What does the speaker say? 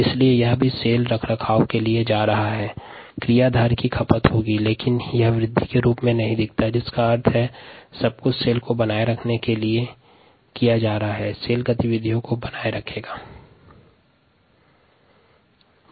इस स्थिति में क्रियाधार का उपयोग होता है पर कोशिका वृद्धि नहीं दिखती है जिसका अर्थ यह है कि क्रियाधार कोशिका के रखरखाव और गतिविधियों में कार्यरत होता है